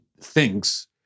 thinks